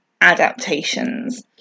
adaptations